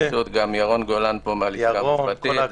גם ירון גולן מהלשכה המשפטית,